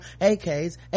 AK's